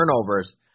turnovers